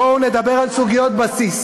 בואו נדבר על סוגיות בסיס